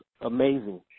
amazing